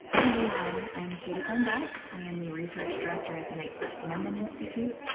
everyone, i am katy glenn bass. i am the research director at the knight first amendment institute.